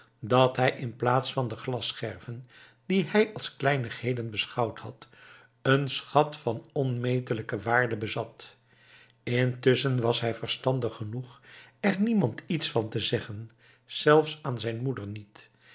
dat hij in plaats van de glasscherven die hij als kleinigheden beschouwd had een schat van onmetelijke waarde bezat intusschen was hij verstandig genoeg er niemand iets van te zeggen zelfs aan zijn moeder niet